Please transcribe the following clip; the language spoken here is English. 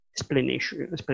explanation